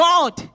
God